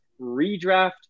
redraft